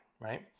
right